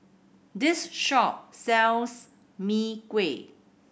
this shop sells Mee Kuah